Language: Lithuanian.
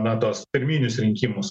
na tuos pirminius rinkimus